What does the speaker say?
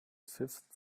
fifth